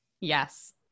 Yes